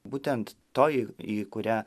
būtent toji į kurią